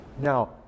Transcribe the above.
Now